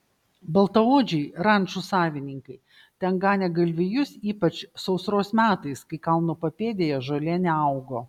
baltaodžiai rančų savininkai ten ganė galvijus ypač sausros metais kai kalno papėdėje žolė neaugo